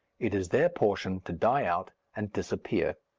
it is their portion to die out and disappear.